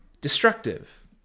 destructive